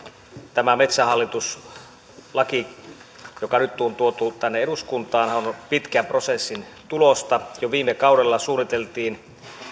tämä metsähallitus laki joka nyt on tuotu tänne eduskuntaan on on pitkän prosessin tulosta jo viime kaudella suunniteltiin